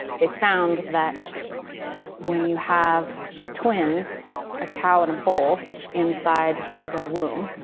they found that when you have twins a cow and a bull inside the womb,